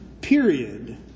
period